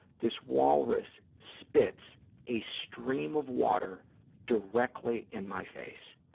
this walrus spits a stream of water directly in my face.